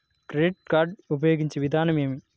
Credit card ఉపయోగించే విధానం ఏమి?